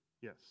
yes